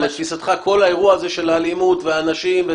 ולתפיסתך כל האירוע הזה של האלימות והאנשים,